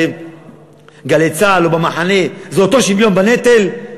ב"גלי צה"ל" או ב"במחנה" זה שוויון בנטל?